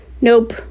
nope